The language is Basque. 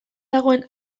dagoen